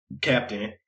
captain